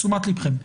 לתשומת לבכם.